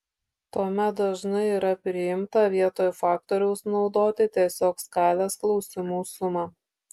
tuomet dažnai yra priimta vietoj faktoriaus naudoti tiesiog skalės klausimų sumą